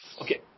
Okay